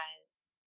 guys